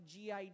GID